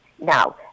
now